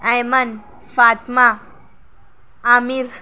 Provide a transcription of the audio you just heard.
Aiman Fatima Amir